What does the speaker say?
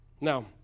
Now